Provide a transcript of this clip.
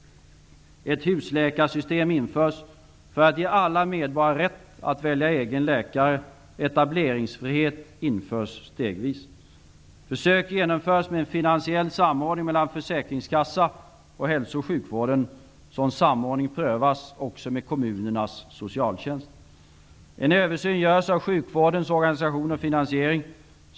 Ett husläkarssystem införs för att säkerställa alla medborgares rätt att välja en egen läkare. Etableringsfrihet kommer att införas stegvis. Försök genomförs med finansiell samordning mellan försäkringskassa och hälso och sjukvården. Sådan samordning prövas också med kommunernas socialtjänst. En översyn görs av sjukvårdens organisation och finansiering.